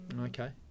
Okay